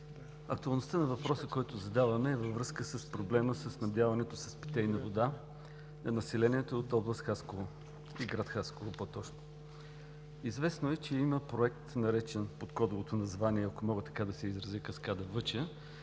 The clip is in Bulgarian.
Актуалността на въпроса, който задаваме, е във връзка с проблема със снабдяването с питейна вода на населението от област Хасково, и град Хасково по-точно. Известно е, че има Проект, наречен под кодовото название, ако мога така да се изразя, „Каскада